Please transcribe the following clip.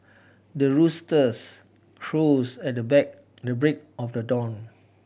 the roosters crows at the break of the dawn